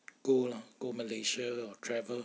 go lor go malaysia or travel